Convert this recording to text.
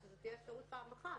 אלא תהיה אפשרות פעם אחת,